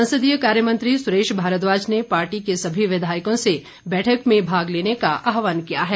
संसदीय कार्य मंत्री सुरेश भारद्वाज ने पार्टी के सभी विधायकों से बैठक में भाग लेने का आहवान किया है